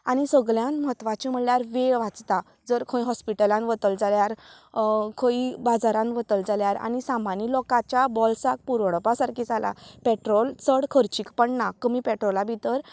आनी सगल्यांत म्हत्वाचें म्हणल्यार वेळ वाचता जर खंय हॉस्पिटलांत वतले जाल्यार खंयूय बाजारांत वतले जाल्यार आनी सामान्य लोकांच्या बोल्साक पुरवडपा सारकें जाला पेट्रोल चड खर्चाक पडना कमी पेट्रोला भितर